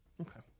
Okay